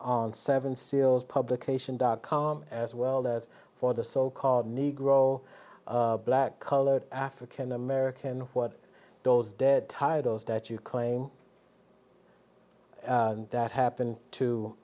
on seven seals publication dot com as well as for the so called negro black colored african american what those dead tired of that you claim that happen to